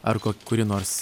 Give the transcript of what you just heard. ar kuri nors